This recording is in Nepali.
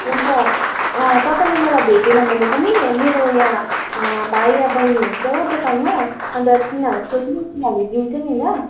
हुन्छ तपाईँले मलाई भेटेन भने पनि मेरो यहाँ भाइ या बहिनी हुन्छ हो दोकानमा अन्त तिनीहरूलाई सोध्नु तिनीहरूले दिन्छ नि ल